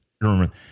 remember